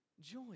joy